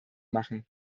machen